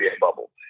bubble